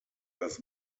dass